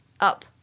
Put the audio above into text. up